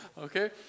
okay